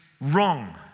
wrong